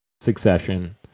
Succession